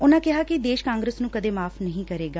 ਉਨਾ ਕਿਹਾ ਕਿ ਦੇਸ਼ ਕਾਗਰਸ ਨੂੰ ਕਦੇ ਮਾਫ਼ ਨਹੀ ਕਰੇਗਾ